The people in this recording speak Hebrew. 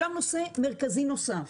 נושא מרכזי נוסף: